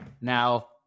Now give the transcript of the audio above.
Now